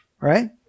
Right